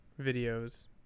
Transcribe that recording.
videos